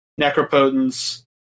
Necropotence